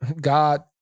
God